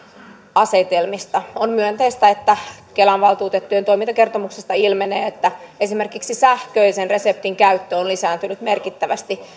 asetelmista on myönteistä että kelan valtuutettujen toimintakertomuksesta ilmenee että esimerkiksi sähköisen reseptin käyttö on lisääntynyt merkittävästi